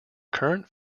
current